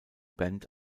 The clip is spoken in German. band